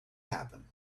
happen